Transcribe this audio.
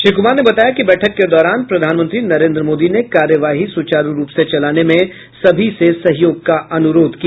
श्री कुमार ने बताया कि बैठक के दौरान प्रधानमंत्री नरेन्द्र मोदी ने कार्यवाही सुचारू रूप से चलाने में सभी से सहयोग का अनुरोध किया